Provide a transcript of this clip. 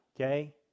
okay